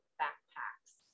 backpacks